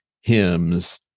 hymns